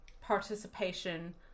participation